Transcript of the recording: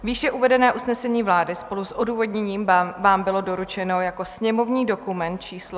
Výše uvedené usnesení vlády spolu s odůvodněním vám bylo doručeno jako sněmovní dokument číslo 756.